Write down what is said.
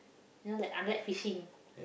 you know like unlike fishing